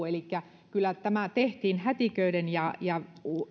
elikkä kyllä tämä tehtiin hätiköiden ja ja